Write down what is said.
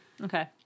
Okay